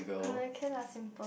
uh can lah simple